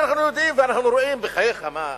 הרי אנחנו יודעים ואנחנו רואים, בחייך, מה.